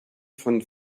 von